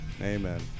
Amen